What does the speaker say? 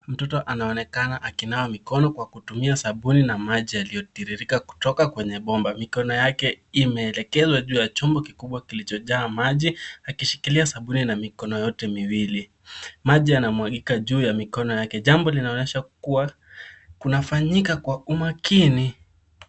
Mtoto anaonekana akinawa mikono kwa kutumia sabuni na maji yaliyotiririka kutoka kwenye bomba. Mikono yake imeelekezwa juu ya chombo kikubwa kilichojaa maji akishikilia sabuni na mikono yote miwili. Maji yanamwagika juu ya mikono yake. Jambo linaonyesha kuwa linafanyika kwa umaakini.